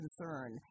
concern